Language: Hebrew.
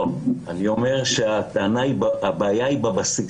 לא, אני אומר שהבעיה היא בבסיס.